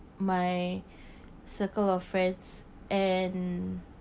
my circle of friends and